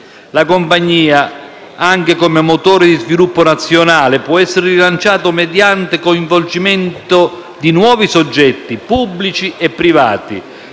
La compagnia, anche come motore di sviluppo nazionale, può essere rilanciata mediante il coinvolgimento di nuovi soggetti pubblici e privati,